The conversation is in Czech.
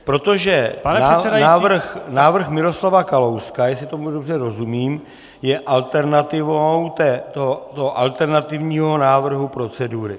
Protože návrh Miroslava Kalouska, jestli tomu dobře rozumím, je alternativou toho alternativního návrhu procedury.